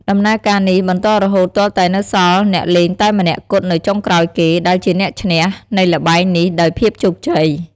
ដំណើរការនេះបន្តរហូតទាល់តែនៅសល់អ្នកលេងតែម្នាក់គត់នៅចុងក្រោយគេ ដែលជាអ្នកឈ្នះ នៃល្បែងនេះដោយភាពជោគជ័យ។